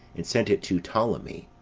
and sent it to ptolemee.